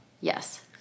Yes